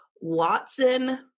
Watson